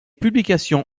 publications